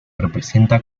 representa